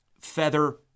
feather